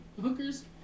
hookers